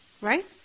Right